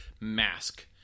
mask